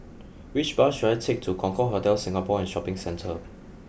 which bus should I take to Concorde Hotel Singapore and Shopping Centre